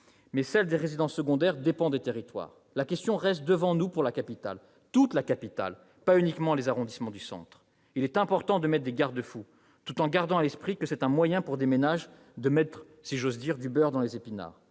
mais celle des résidences secondaires dépend des territoires. La question reste devant nous pour la capitale, toute la capitale, pas uniquement les arrondissements du centre. Il est important de prévoir des garde-fous, tout en gardant à l'esprit que c'est un moyen pour des ménages de « mettre du beurre dans les épinards